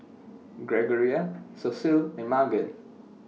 Gregoria Cecile and Magan